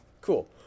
cool